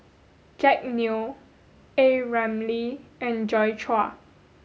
Jack Neo A Ramli and Joi Chua